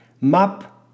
map